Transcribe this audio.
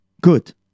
Good